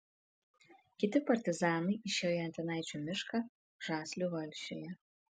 kiti partizanai išėjo į antanaičių mišką žaslių valsčiuje